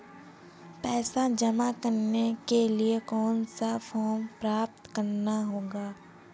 पैसा जमा करने के लिए कौन सा फॉर्म प्राप्त करना होगा?